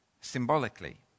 symbolically